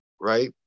right